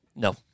No